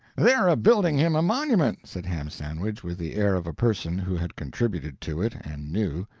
they're a-building him a monument, said ham sandwich, with the air of a person who had contributed to it, and knew.